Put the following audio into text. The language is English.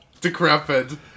decrepit